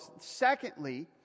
Secondly